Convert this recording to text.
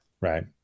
Right